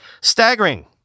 Staggering